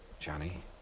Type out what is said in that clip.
Johnny